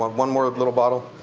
one more little bottle?